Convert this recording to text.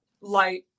light